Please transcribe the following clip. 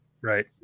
Right